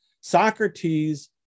socrates